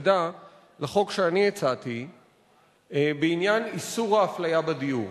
שהתנגדה לחוק שאני הצעתי בעניין איסור האפליה בדיור.